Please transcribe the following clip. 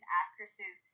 actresses